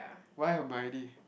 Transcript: why Hermione